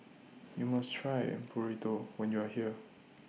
YOU must Try Burrito when YOU Are here